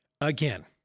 again